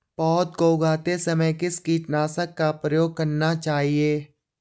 पौध को उगाते समय किस कीटनाशक का प्रयोग करना चाहिये?